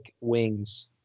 wings